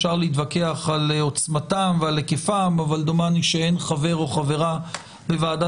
אפשר להתווכח על עוצמתם ועל היקפם אבל דומני שאין חבר או חברה בוועדת